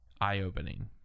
eye-opening